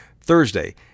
Thursday